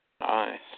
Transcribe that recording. Nice